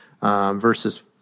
verses